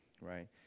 right